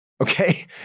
Okay